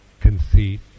conceit